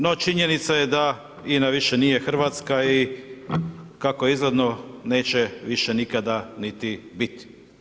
No činjenica je da INA više nije hrvatska i kako je izgledno neće više nikada niti biti.